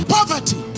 Poverty